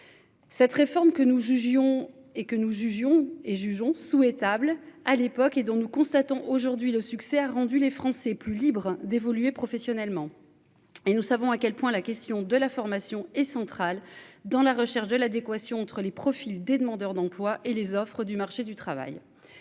Cette réforme que nous jugions et que nous jugions et jugeons souhaitable à l'époque et dont nous constatons aujourd'hui. Le succès a rendu les Français plus libre d'évoluer professionnellement. Et nous savons à quel point la question de la formation est central dans la recherche de l'adéquation entre les profils des demandeurs d'emploi et les offres du marché du travail.